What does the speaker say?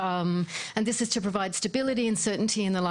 וזאת, על מנת לספק יציבות וודאות בחיי